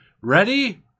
Ready